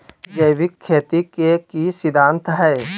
जैविक खेती के की सिद्धांत हैय?